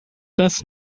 best